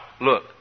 look